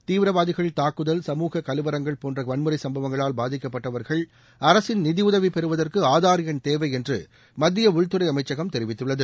தீவிரவாதிகள் தாக்குதல் சமூக கலவரங்கள் போன்ற வன்முறை சம்பவங்களால் பாதிக்கப்பட்டவர்கள் அரசின் நிதியுதவி பெறுவதற்கு ஆதார் எண் தேவை என்று மத்திய உள்துறை அமைச்சகம் தெரிவித்துள்ளது